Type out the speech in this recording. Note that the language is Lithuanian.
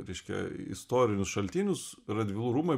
reiškia istorinius šaltinius radvilų rūmai